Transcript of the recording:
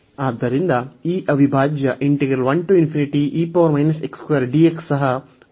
ಆದ್ದರಿಂದ ಈ ಅವಿಭಾಜ್ಯ ಸಹ ಒಮ್ಮುಖವಾಗುವುದನ್ನು ಇದು ಸೂಚಿಸುತ್ತದೆ